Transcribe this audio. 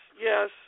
yes